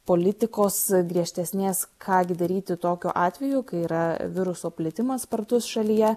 politikos griežtesnės ką gi daryti tokiu atveju kai yra viruso plitimas spartus šalyje